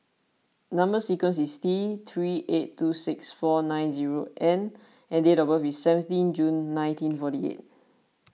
Number Sequence is T three eight two six four nine zero N and date of birth is seventeen June nineteen forty eight